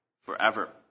forever